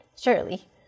Surely